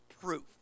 proof